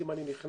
אם אני נכנס